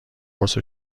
قرص